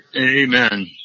amen